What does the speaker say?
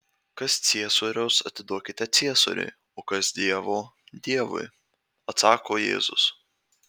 kas ciesoriaus atiduokite ciesoriui o kas dievo dievui atsako jėzus